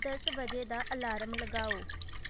ਦਸ ਵਜੇ ਦਾ ਅਲਾਰਮ ਲਗਾਓ